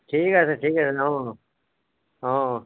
ঠিক আছে ঠিক আছে অঁ অঁ